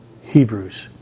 Hebrews